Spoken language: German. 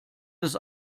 des